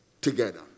together